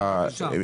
כן, בבקשה.